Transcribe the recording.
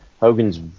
Hogan's